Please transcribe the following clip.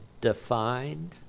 defined